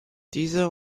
diese